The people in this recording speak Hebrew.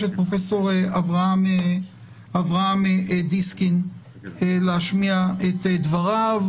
את פרופ' אברהם דיסקין להשמיע את דבריו.